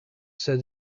said